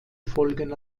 folgen